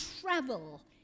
travel